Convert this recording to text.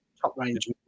top-range